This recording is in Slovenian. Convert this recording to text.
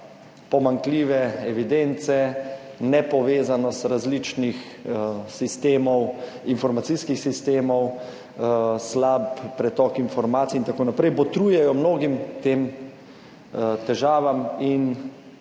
pomanjkljive evidence, nepovezanost različnih sistemov, informacijskih sistemov, slab pretok informacij in tako naprej botrujejo mnogim težavam in